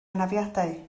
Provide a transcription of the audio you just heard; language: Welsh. anafiadau